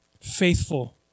Faithful